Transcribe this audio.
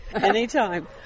anytime